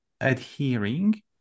adhering